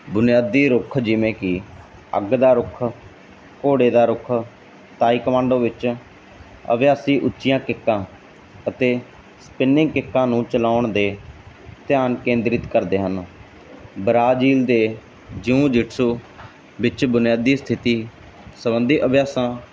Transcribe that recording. ਬੁਨਿਆਦੀ ਰੁੱਖ ਜਿਵੇਂ ਕਿ ਅੱਗ ਦਾ ਰੁੱਖ ਘੋੜੇ ਦਾ ਰੁੱਖ ਤਾਈਕਮਾਂਡੋ ਵਿੱਚ ਅਭਿਆਸੀ ਉੱਚੀਆਂ ਕਿੱਟਾਂ ਅਤੇ ਸਪਿਨਿੰਗ ਕਿੱਟਾਂ ਨੂੰ ਚਲਾਉਣ ਦੇ ਧਿਆਨ ਕੇਂਦਰਿਤ ਕਰਦੇ ਹਨ ਬ੍ਰਾਜ਼ੀਲ ਦੇ ਜਿਉਂਜਿਠਸੋ ਵਿੱਚ ਬੁਨਿਆਦੀ ਸਥਿਤੀ ਸਬੰਧੀ ਅਭਿਆਸਾਂ